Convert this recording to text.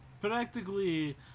practically